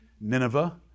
Nineveh